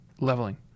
leveling